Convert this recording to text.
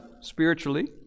spiritually